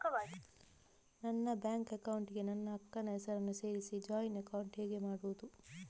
ನನ್ನ bank account ಗೆ ನನ್ನ ಅಕ್ಕ ನ ಹೆಸರನ್ನ ಸೇರಿಸಿ ಜಾಯಿನ್ ಅಕೌಂಟ್ ಹೇಗೆ ಮಾಡುದು?